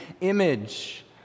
image